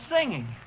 singing